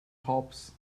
hobbs